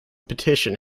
petition